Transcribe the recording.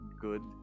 good